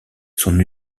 son